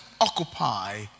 Occupy